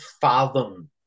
fathom